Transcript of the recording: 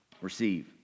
receive